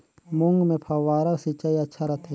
मूंग मे फव्वारा सिंचाई अच्छा रथे?